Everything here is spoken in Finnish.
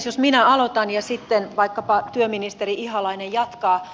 jos minä aloitan ja sitten vaikkapa työministeri ihalainen jatkaa